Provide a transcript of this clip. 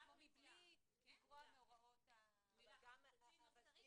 "מבלי לגרוע מהוראות כל